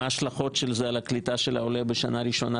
מה ההשלכות שלו על הקליטה של העולה בשנה הראשונה,